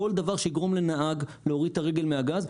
כל דבר שיגרום לנהג להוריד את הרגל מהגז,